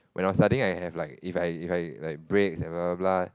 when I was studying I have like if I if I like breaks and blah blah blah